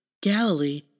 Galilee